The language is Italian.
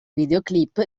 videoclip